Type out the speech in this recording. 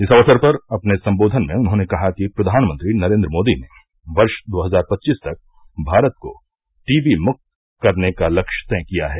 इस अवसर पर अपने सम्बोधन में उन्होंने कहा कि प्रधानमंत्री नरेन्द्र मोदी ने वर्ष दो हजार पच्चीस तक भारत को टीवी मुक्त करने का लक्ष्य तय किया है